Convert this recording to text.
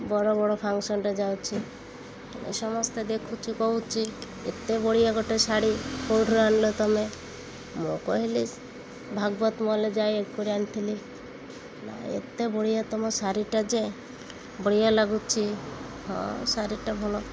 ବଡ଼ ବଡ଼ ଫଙ୍କ୍ସନ୍ରେ ଯାଉଛି ସମସ୍ତେ ଦେଖୁଛି କହୁଛି ଏତେ ବଢ଼ିଆ ଗୋଟେ ଶାଢ଼ୀ କେଁଉଠାରୁ ଆଣିଲ ତମେ ମୁଁ କହିଲି ଭାଗବତ ମଲ୍ରେ ଯାଇ ଏକୁଟିଆ ଆଣିଥିଲି ନା ଏତେ ବଢ଼ିଆ ତମ ଶାଢ଼ୀଟା ଯେ ବଢ଼ିଆ ଲାଗୁଛିି ହଁ ଶାଢ଼ୀଟା ଭଲ